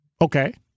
Okay